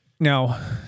Now